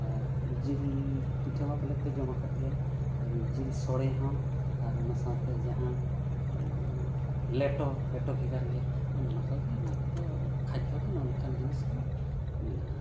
ᱟᱨ ᱡᱤᱞ ᱯᱤᱷᱴᱟᱹᱭ ᱢᱟ ᱯᱟᱞᱮᱜ ᱯᱮ ᱡᱚᱢ ᱟᱠᱟᱫ ᱜᱮᱭᱟ ᱟᱨ ᱡᱤᱞ ᱥᱚᱲᱮ ᱦᱚᱸ ᱟᱨ ᱚᱱᱟ ᱥᱟᱶᱛᱮ ᱡᱟᱦᱟᱸ ᱞᱮᱴᱚ ᱞᱮᱴᱚ ᱵᱷᱮᱜᱟᱨ ᱜᱮᱭᱟ ᱚᱱᱚ ᱚᱱᱠᱟ ᱠᱚᱜᱮ ᱱᱚᱣᱟ ᱠᱚᱫᱚ ᱠᱷᱟᱫᱽᱫᱚ ᱫᱚ ᱱᱚᱜᱼᱚᱸᱭ ᱱᱚᱝᱠᱟᱱ ᱡᱤᱱᱤᱥ ᱠᱚ ᱢᱮᱱᱟᱜᱼᱟ